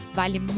vale